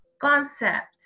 concept